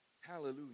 Hallelujah